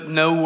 no